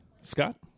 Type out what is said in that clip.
scott